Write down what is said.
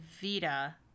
Vita